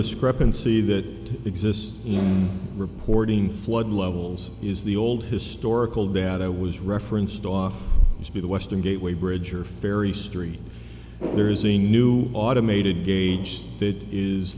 discrepancy that exists in reporting flood levels is the old historical data was referenced off to be the western gateway bridge or ferry street there is a new automated gauge that is